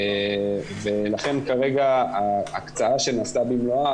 לכן כרגע ההקצאה שנעשתה במלואה,